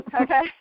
Okay